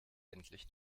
endlich